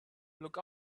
look